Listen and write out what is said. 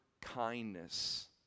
kindness